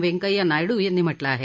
वेंकय्या नायडू यांनी म्हटलं आहे